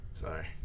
Sorry